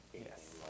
Yes